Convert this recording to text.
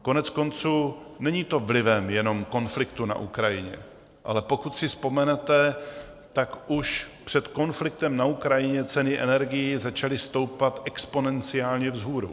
Koneckonců, není to vlivem jenom konfliktu na Ukrajině, ale pokud si vzpomenete, tak už před konfliktem na Ukrajině ceny energií začaly stoupat exponenciálně vzhůru.